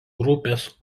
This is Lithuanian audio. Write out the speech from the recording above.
grupės